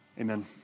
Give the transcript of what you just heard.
Amen